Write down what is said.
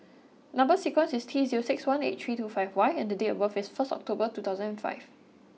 number sequence is T zero six one eight three two five Y and date of birth is first October two thousand and five